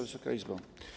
Wysoka Izbo!